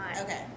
Okay